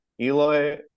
Eloy